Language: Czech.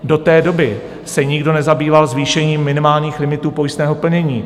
Do té doby se nikdo nezabýval zvýšením minimálních limitů pojistného plnění.